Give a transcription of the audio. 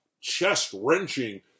chest-wrenching